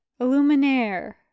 Illuminaire